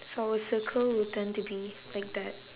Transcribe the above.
so our circle will turn to be like that